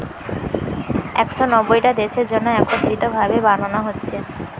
একশ নব্বইটা দেশের জন্যে একত্রিত ভাবে বানানা হচ্ছে